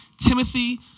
Timothy